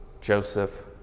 Joseph